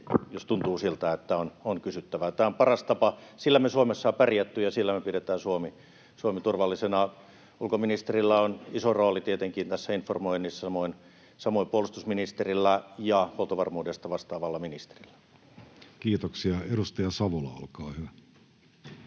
jos tuntuu siltä, että on kysyttävää. Tämä on paras tapa, sillä me Suomessa on pärjätty ja sillä me pidetään Suomi turvallisena. Ulkoministerillä on iso rooli tietenkin tässä informoinnissa, samoin puolustusministerillä ja huoltovarmuudesta vastaavalla ministerillä. [Speech 727] Speaker: